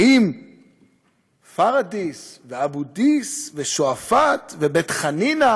האם פארדיס ואבו-דיס ושועפאט ובית-חנינא